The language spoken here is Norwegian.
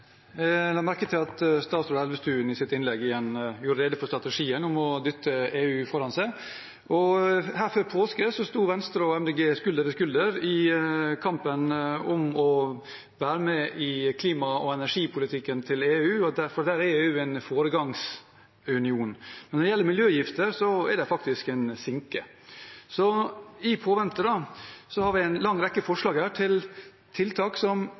la merke til at statsråd Elvestuen i sitt innlegg igjen gjorde rede for strategien med å dytte EU foran seg. Her før påske sto Venstre og Miljøpartiet De Grønne skulder ved skulder i kampen for å være med i klima- og energipolitikken til EU, for der er EU en foregangsunion. Men når det gjelder miljøgifter, er de faktisk en sinke. Mens vi venter, har vi en lang rekke forslag til tiltak som